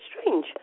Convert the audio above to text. strange